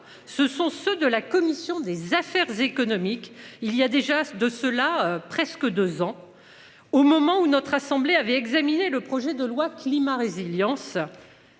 ce sont ceux de la commission des affaires économiques, il y a déjà de cela. Presque 2 ans. Au moment où notre assemblée avait examiné le projet de loi climat résilience.